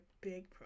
big